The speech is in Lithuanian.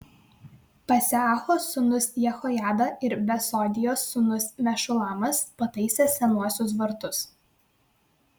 paseacho sūnus jehojada ir besodijos sūnus mešulamas pataisė senuosius vartus